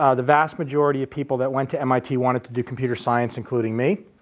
ah the vast majority of people that went to mit wanted to do computer science including me.